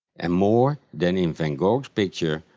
and more than in van gogh's picture,